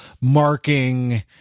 marking